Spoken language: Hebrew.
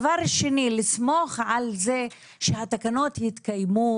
דבר שני לסמוך על זה שהתקנות יתקיימו,